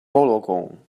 wollongong